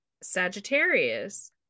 Sagittarius